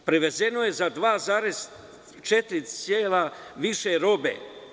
Prevezeno je za 2,4 cela više robe.